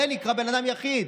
זה נקרא בן אדם יחיד.